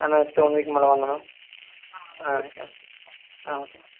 next one week மேலே வாங்க ma'am ah okay ma'am ah okay ma'am